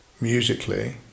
musically